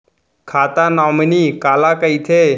खाता नॉमिनी काला कइथे?